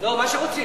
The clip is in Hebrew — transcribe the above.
לא, מה שרוצים.